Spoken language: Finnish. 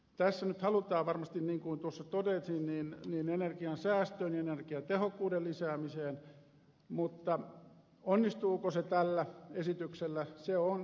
tässä nyt halutaan varmasti niin kuin tuossa totesin ohjata energiansäästöön energiatehokkuuden lisäämiseen mutta onnistuuko se tällä esityksellä se on iso kysymys